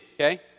Okay